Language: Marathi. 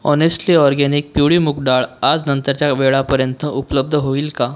ऑनेस्टली ऑर्गेनिक पिवळी मूग डाळ आज नंतरच्या वेळापर्यंत उपलब्ध होईल का